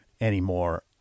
anymore